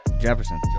Jefferson